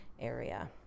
area